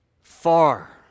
far